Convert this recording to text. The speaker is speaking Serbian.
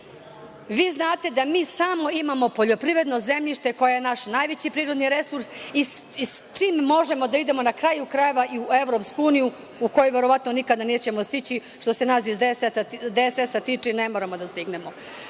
Vi znate da mi imamo samo poljoprivredno zemljište koji je naš prirodni resurs i sa čime možemo da idemo, na kraju krajeva i u EU, u koju, verovatno nikada nećemo stići što se nas iz DSS tiče ne moramo da stignemo